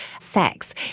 sex